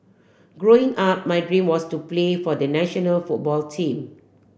Growing Up my dream was to play for the national football team